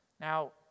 Now